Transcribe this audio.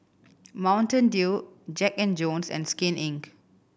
Mountain Dew Jack and Jones and Skin Inc